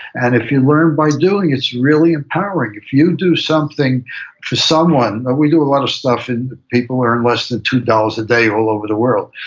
and if you learn by doing, it's really empowering. if you do something for someone, but we do a lot of stuff, and people earn less than two dollars a day all over the world.